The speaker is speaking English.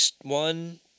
one